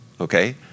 okay